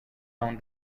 own